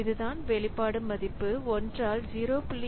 இதுதான் வெளிப்பாடு மதிப்பு 1 ஆல் 0